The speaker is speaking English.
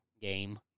game